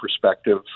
perspective